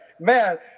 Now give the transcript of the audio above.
Man